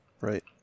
Right